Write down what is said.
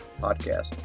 podcast